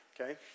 okay